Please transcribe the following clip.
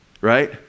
right